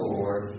Lord